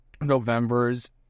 November's